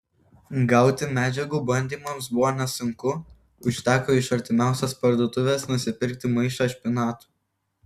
gauti medžiagų bandymams buvo nesunku užteko iš artimiausios parduotuvės nusipirkti maišą špinatų